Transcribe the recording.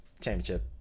championship